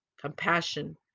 compassion